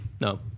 No